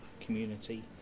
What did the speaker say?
community